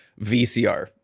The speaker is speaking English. VCR